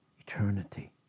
Eternity